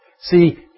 See